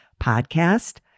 podcast